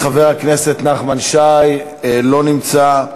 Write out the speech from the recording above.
חבר הכנסת נחמן שי, לא נמצא.